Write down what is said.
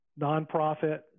nonprofit